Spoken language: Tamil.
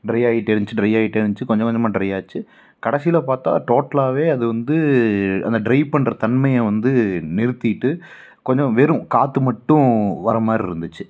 ட்ரை ஆகிட்டே இருந்துச்சு ட்ரை ஆகிட்டே இருந்துச்சு கொஞ்ச கொஞ்சமாக ட்ரை ஆச்சு கடைசியில் பார்த்தா டோட்டலாவே அது வந்து அந்த ட்ரை பண்ணுற தன்மையை வந்து நிறுத்திட்டு கொஞ்சம் வெறும் காத்து மட்டும் வர மாரி இருந்துச்சு